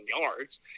yards